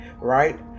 right